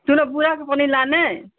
सुनो बुढाको पनि लाने